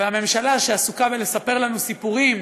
והממשלה עסוקה בלספר לנו סיפורים